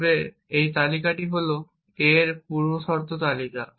তবে এই তালিকাটি হল a এর পূর্বশর্ত তালিকা